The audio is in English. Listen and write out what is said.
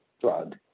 drug